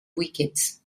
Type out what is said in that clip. wickets